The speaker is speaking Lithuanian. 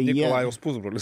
nikolajaus pusbrolis